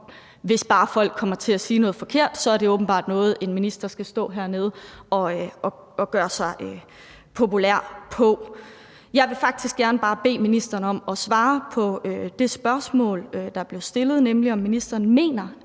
at bare folk kommer til at sige noget forkert, så er det åbenbart noget, en minister skal stå hernede og gøre sig populær på. Jeg vil faktisk bare gerne bede ministeren om at svare på det spørgsmål, der blev stillet, nemlig om ministeren mener,